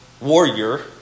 warrior